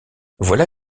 voilà